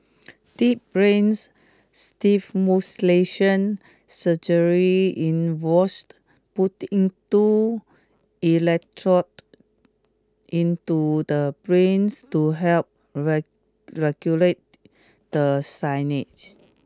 deep brains stimulation surgery involves putting two electrodes into the brains to help regulate the signage